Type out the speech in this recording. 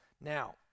Now